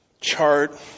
chart